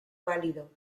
pálido